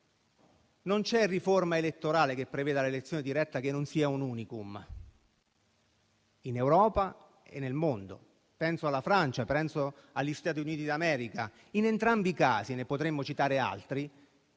non c'è riforma elettorale che preveda l'elezione diretta che non sia un *unicum* in Europa e nel mondo: penso alla Francia, penso agli Stati Uniti d'America. In entrambi i casi, ma ne potremmo citare altri,